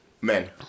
Men